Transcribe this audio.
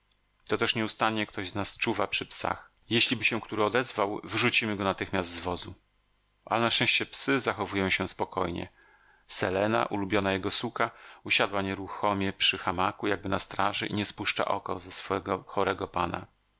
to też nieustannie ktoś z nas czuwa przy psach jeśliby się który odezwał wyrzucimy go natychmiast z wozu ale na szczęście psy zachowują się spokojnie selena ulubiona jego suka usiadła nieruchomie przy hamaku jakby na straży i nie spuszcza oka ze swego chorego pana